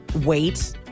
wait